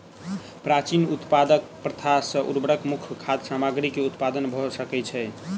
प्राचीन उत्पादन प्रथा सॅ उर्वरक मुक्त खाद्य सामग्री के उत्पादन भ सकै छै